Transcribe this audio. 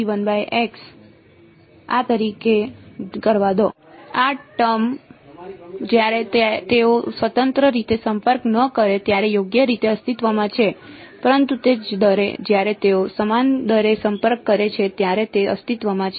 પરંતુ શું અસ્તિત્વમાં છે આ ટર્મ જ્યારે તેઓ સ્વતંત્ર રીતે સંપર્ક ન કરે ત્યારે યોગ્ય રીતે અસ્તિત્વમાં છે પરંતુ તે જ દરે જ્યારે તેઓ સમાન દરે સંપર્ક કરે છે ત્યારે તે અસ્તિત્વમાં છે